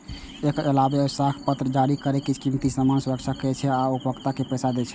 एकर अलावे ई साख पत्र जारी करै छै, कीमती सामान के सुरक्षा करै छै आ उपभोक्ता के पैसा दै छै